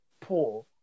poor